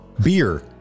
beer